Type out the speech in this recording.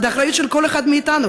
האחריות של כל אחד מאתנו,